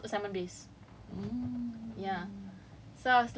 like all five modules of mine no exam [what] like all modules all assessments based